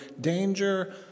danger